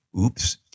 oops